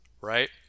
right